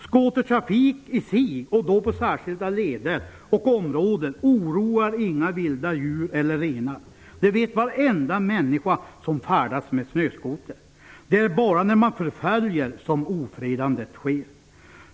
Skotertrafik i sig på särskilda leder och i särskilda områden oroar inga vilda djur eller renar. Det vet varenda människa som färdas med snöskoter. Det är bara när man förföljer djur som ofredande sker.